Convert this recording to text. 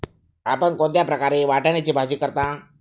आपण कोणत्या प्रकारे वाटाण्याची भाजी करता?